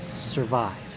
survive